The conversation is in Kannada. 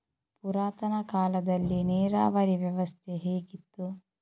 ಪುರಾತನ ಕಾಲದಲ್ಲಿ ನೀರಾವರಿ ವ್ಯವಸ್ಥೆ ಹೇಗಿತ್ತು?